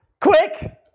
Quick